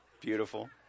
Beautiful